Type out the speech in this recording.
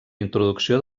introducció